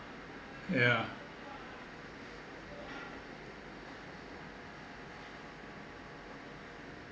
yeah